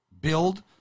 build